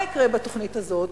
מה יקרה בתוכנית הזאת?